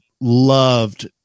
loved